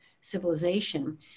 civilization